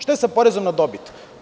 Šta je sa porezom na dobit?